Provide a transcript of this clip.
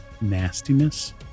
nastiness